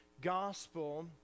gospel